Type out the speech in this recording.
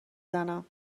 زنم